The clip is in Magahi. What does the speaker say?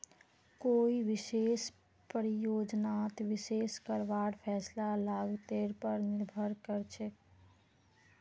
कोई विशेष परियोजनात निवेश करवार फैसला लागतेर पर निर्भर करछेक